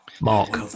Mark